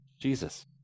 jesus